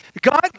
God